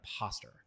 imposter